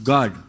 God